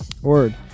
word